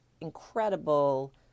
incredible